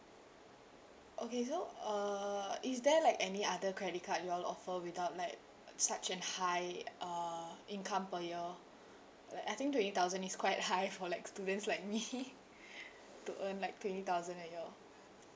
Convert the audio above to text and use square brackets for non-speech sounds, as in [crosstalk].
okay so uh is there like any other credit card you all offer without like such an high uh income per year like I think twenty thousand is quite high for like students like me [laughs] to earn like twenty thousand a year